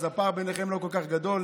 אז הפער ביניכם לא כל כך גדול,